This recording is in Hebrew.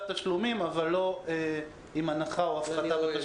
תשלומים אבל לא עם הנחה או עם הפחתת התשלום.